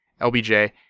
LBJ